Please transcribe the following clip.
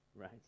right